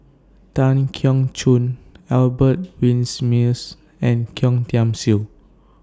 Tan Keong Choon Albert Winsemius and Yeo Tiam Siew